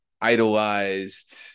idolized